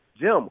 Jim